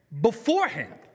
beforehand